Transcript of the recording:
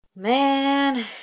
Man